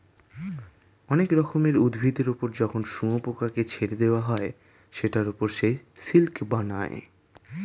অনেক রকমের উভিদের ওপর যখন শুয়োপোকাকে ছেড়ে দেওয়া হয় সেটার ওপর সে সিল্ক বানায়